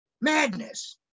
Madness